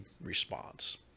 response